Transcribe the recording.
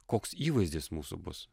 koks įvaizdis mūsų bus